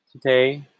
today